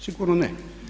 Sigurno ne.